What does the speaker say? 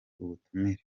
ubutumire